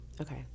Okay